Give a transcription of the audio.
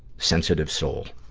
sensitive soul.